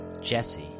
Jesse